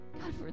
God